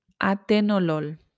Atenolol